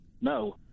No